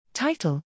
Title